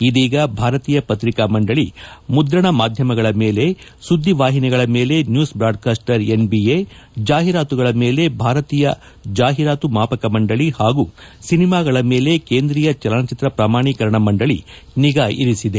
ಇದೀಗ ಭಾರತೀಯ ಪತ್ರಿಕಾ ಮಂಡಳಿ ಮುದ್ರಣ ಮಾಧ್ಯಮಗಳ ಮೇಲೆ ಸುದ್ದಿ ವಾಹಿನಿಗಳ ಮೇಲೆ ನ್ಯೂಸ್ ಬ್ರಾಡ್ಕಾಸ್ಟರ್ ಎನ್ಬಿಎ ಜಾಹಿರಾತುಗಳ ಮೇಲೆ ಭಾರತೀಯ ಜಾಹಿರಾತು ಮಾಪಕ ಮಂಡಳಿ ಹಾಗೂ ಸಿನಿಮಾಗಳ ಮೇಲೆ ಕೇಂದ್ರೀಯ ಚಲನಚಿತ್ರ ಪ್ರಮಾಣಿಕರಣ ಮಂಡಳಿ ನಿಗಾ ಇರಿಸಿದೆ